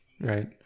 right